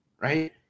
right